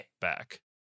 back